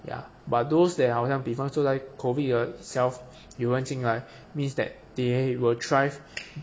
ya but those that 好像比方说 like COVID ah itself 有人进来 means that they will thrive